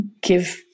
give